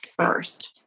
first